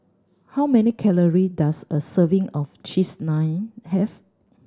how many calorie does a serving of Cheese Naan have